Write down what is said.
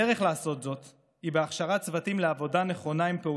הדרך לעשות זאת היא בהכשרת צוותים לעבודה נכונה עם פעוטות,